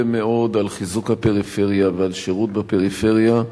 מאוד על חיזוק הפריפריה ועל שירות פריפריה,